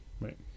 right